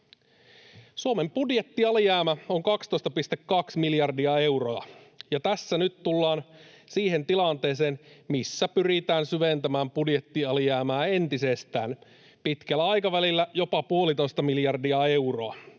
Suomen budjettialijäämä on 12,2 miljardia euroa, ja tässä nyt tullaan siihen tilanteeseen, missä pyritään syventämään budjettialijäämää entisestään, pitkällä aikavälillä jopa puolitoista miljardia euroa,